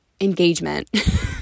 engagement